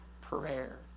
prayer